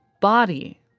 body